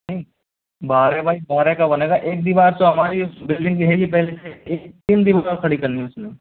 नहीं बारह बाई बारह का बनेगा एक दीवार तो हमारी बिल्डिंग है ही पहले से तीन दीवार खड़ी करनी है उसमें